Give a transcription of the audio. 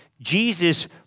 Jesus